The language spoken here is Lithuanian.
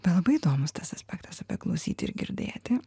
bet labai įdomus tas aspektas apie klausyti ir girdėti